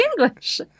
English